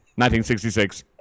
1966